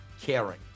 caring